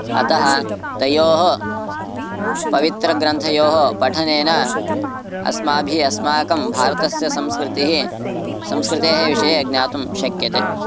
अतः तयोः पवित्रग्रन्थयोः पठनेन अस्माभिः अस्माकं भारतस्य संस्कृतिः संस्कृतेः विषये ज्ञातुं शक्यते